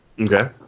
Okay